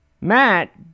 Matt